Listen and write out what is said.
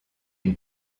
une